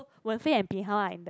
Wen Fei and bin hao are in the